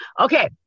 Okay